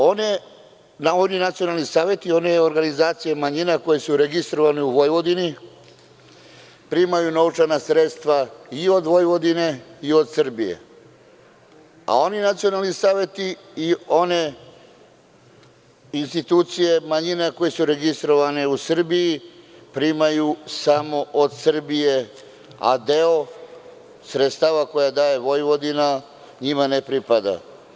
Oni nacionalni saveti, one organizacije manjina koje su registrovane u Vojvodini primaju novčana sredstva i od Vojvodine i od Srbije, a oni nacionalni saveti i one institucije manjina koje su registrovane u Srbiji primaju samo od Srbije, a deo sredstava koje daje Vojvodine njima ne pripada.